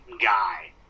guy